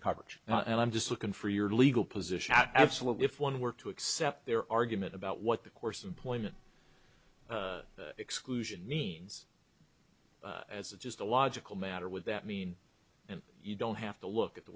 coverage and i'm just looking for your legal position absolutely if one were to accept their argument about what the course employment exclusion means as a just a logical matter would that mean and you don't have to look at the